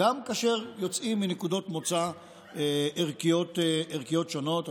גם כאשר יוצאים מנקודות מוצא ערכיות שונות.